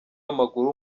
w’amaguru